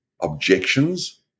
objections